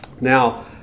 Now